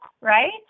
right